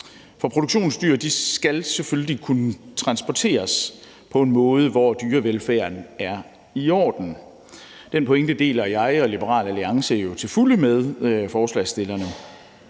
For produktionsdyr skal selvfølgelig kunne transporteres på en måde, hvor dyrevelfærden er i orden. Den pointe deler jeg og Liberal Alliance til fulde med forslagsstillerne.